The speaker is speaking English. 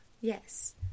Yes